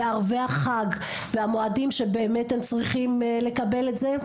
בערבי החג והמועדים שבאמת הם צריכים לקבל את זה,